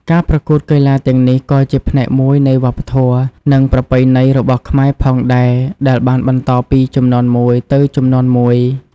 ការប្រកួតកីឡាទាំងនេះក៏ជាផ្នែកមួយនៃវប្បធម៌ និងប្រពៃណីរបស់ខ្មែរផងដែរ ដែលបានបន្តពីជំនាន់មួយទៅជំនាន់មួយ។